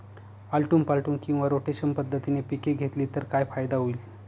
आलटून पालटून किंवा रोटेशन पद्धतीने पिके घेतली तर काय फायदा होईल?